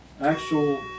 actual